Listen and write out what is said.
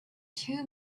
two